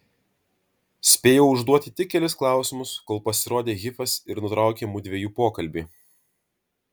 spėjau užduoti tik kelis klausimus kol pasirodė hifas ir nutraukė mudviejų pokalbį